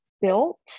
built